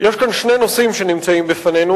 שני נושאים נמצאים בפנינו.